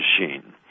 machine